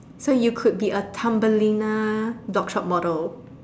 so you could be a Thumbelina blog shop model